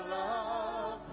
love